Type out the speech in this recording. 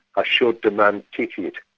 ah showed the man ticket.